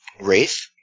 Wraith